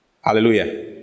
Hallelujah